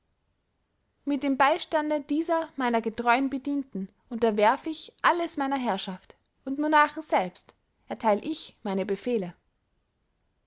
mit dem beystande dieser meiner getreuen bedienten unterwerf ich alles meiner herrschaft und monarchen selbst ertheil ich meine befehle